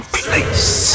place